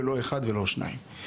לא אחד ולא שניים.